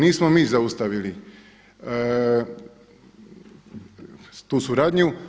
Nismo mi zaustavili tu suradnju.